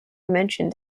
mentioned